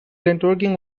networking